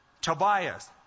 Tobias